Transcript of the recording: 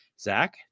Zach